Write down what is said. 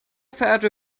verehrte